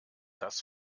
das